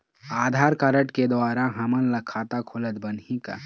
आधार card के द्वारा हमन ला खाता खोलत बनही का?